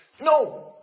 No